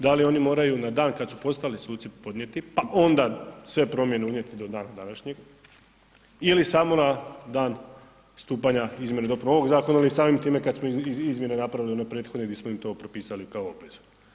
Da li oni moraju na dan kada su postali suci podnijeti pa onda sve promjene unijeti do dana današnjeg ili samo na dan stupanja izmjene i dopune ovog zakona ili samim time kada smo izmjeni napravili one prethodne gdje smo im to propisali kao obvezu?